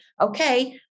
okay